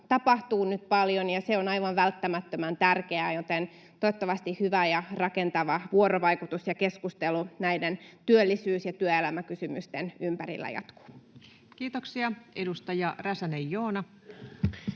tapahtuu nyt paljon ja se on aivan välttämättömän tärkeää, joten toivottavasti hyvä ja rakentava vuorovaikutus ja keskustelu jatkuu näiden työllisyys- ja työelämäkysymysten ympärillä. [Speech 25] Speaker: Ensimmäinen